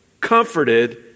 comforted